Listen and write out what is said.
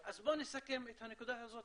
אז בואו נסכם את הנקודה הזאת,